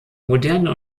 moderne